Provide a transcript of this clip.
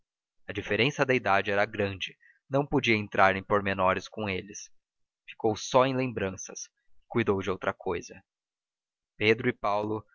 a diferença da idade era grande não podia entrar em pormenores com eles ficou só em lembranças e cuidou de outra cousa pedro e paulo